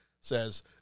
says